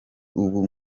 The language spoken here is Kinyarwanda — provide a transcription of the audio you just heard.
ubu